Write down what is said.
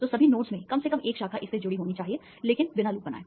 तो सभी नोड्स में कम से कम एक शाखा इससे जुड़ी होनी चाहिए लेकिन बिना लूप बनाए